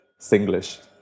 Singlish